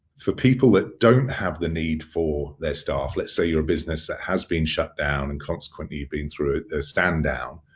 for people that don't have the need for their staff, let's say you're a business that has been shut down and consequently you've been through a stand down,